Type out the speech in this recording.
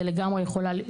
זה לגמרי יכולה,